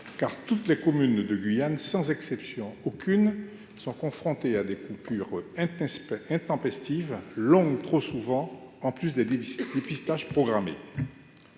car toutes les communes de Guyane, sans exception aucune, sont confrontés à des coupures intestins intempestives longue, trop souvent, en plus des déficits dépistage programmé